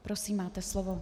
Prosím máte slovo.